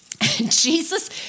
Jesus